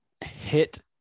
hit